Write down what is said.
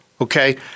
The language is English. okay